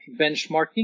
benchmarking